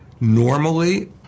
Normally